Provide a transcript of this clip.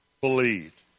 Believed